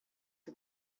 who